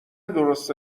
درست